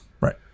right